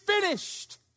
finished